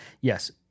yes